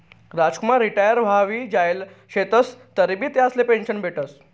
Ramkumar retire व्हयी जायेल शेतंस तरीबी त्यासले पेंशन भेटस